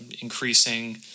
increasing